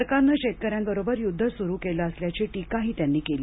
सरकारनं शेतकऱ्यांबरोबर युद्ध सुरू केलं असल्याची टीकाही त्यांनी केली